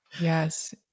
yes